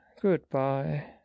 Goodbye